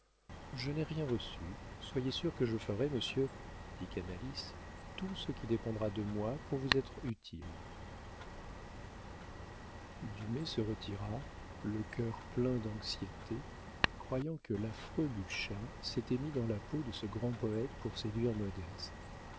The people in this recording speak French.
je n'ai rien reçu soyez sûr que je ferai monsieur dit canalis tout ce qui dépendra de moi pour vous être utile dumay se retira le cœur plein d'anxiété croyant que l'affreux butscha s'était mis dans la peau de ce grand poëte pour séduire modeste